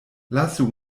lasu